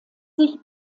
sich